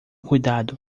cuidado